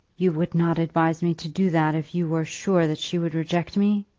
you would not advise me to do that if you were sure that she would reject me?